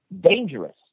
dangerous